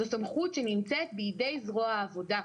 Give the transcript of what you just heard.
זו סמכות שנמצאת בידי זרוע העבודה.